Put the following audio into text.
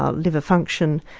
ah liver function,